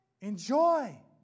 Enjoy